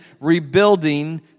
rebuilding